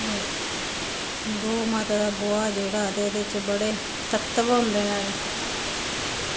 एह् गौ माता दा गोहा जेह्ड़ा ते एह्दे च बड़े तत्व होंदे न